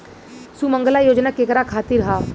सुमँगला योजना केकरा खातिर ह?